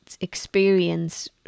experience